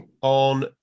on